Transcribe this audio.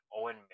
Owen